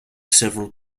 several